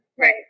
right